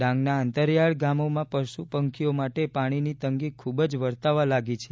ડાંગના અંતરિયાળ ગામોમાં પશુપંખીઓ માટે પાણીની તંગી ખૂબ જ વર્તાવા લાગી છે